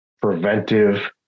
preventive